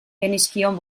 genizkion